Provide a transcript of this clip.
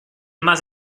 mas